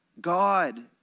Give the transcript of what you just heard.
God